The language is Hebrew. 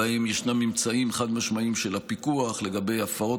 שבהם יש ממצאים חד-משמעיים של הפיקוח לגבי הפרות